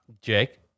Jake